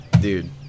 dude